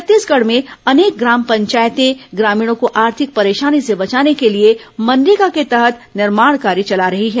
छत्तीसगढ में अनेक ग्राम पंचायतें ग्रामीणों को आर्थिक परेशानी से बचाने के लिए मनरेगा के तहत निर्माण कार्य चला रही है